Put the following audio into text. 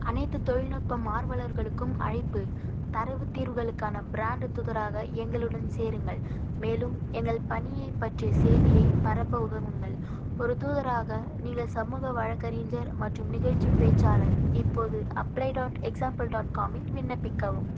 அனைத்து தொழில்நுட்பம் ஆர்வலர்களுக்கும் அழைப்பு தரவுத் தீர்வுகளுக்கான ப்ராண்டு தூதராக எங்களுடன் சேருங்கள் மேலும் எங்கள் பணியைப் பற்றிய செய்தியைப் பரப்ப உதவுங்கள் ஒரு தூதராக நீங்கள் சமூக வழக்கறிஞர் மற்றும் நிகழ்ச்சி பேச்சாளர் இப்போது அப்ளே டாட் எக்ஸ்சாம்பிள் டாட் காமில் விண்ணப்பிக்கவும்